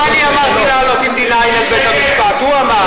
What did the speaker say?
לא אני אמרתי לעלות עם D-9 על בית-המשפט, הוא אמר.